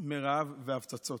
מרעב והפצצות.